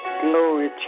Glory